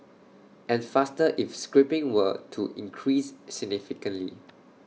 and faster if scrapping were to increase significantly